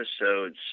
episodes